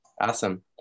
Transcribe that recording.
Awesome